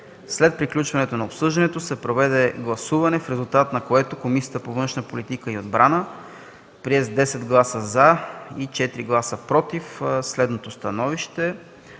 След приключването на обсъждането се проведе гласуване, в резултат на което Комисията по външна политика и отбрана прие с 10 гласа „за” и 4 гласа „против” следното становище: